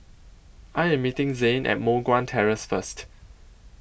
I Am meeting Zane At Moh Guan Terrace First